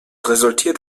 resultiert